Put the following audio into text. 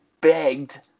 begged